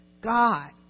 God